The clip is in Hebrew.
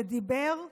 שדיבר וברח: